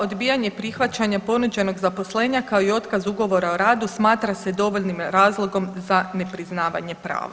Odbijanje prihvaćanja ponuđenog zaposlenja kao i otkaz ugovora o radu smatra se dovoljnim razlogom za nepriznavanje prava.